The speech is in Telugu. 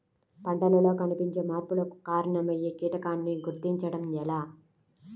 పంటలలో కనిపించే మార్పులకు కారణమయ్యే కీటకాన్ని గుర్తుంచటం ఎలా?